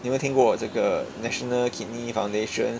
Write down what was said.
你有没有听过这个 national kidney foundation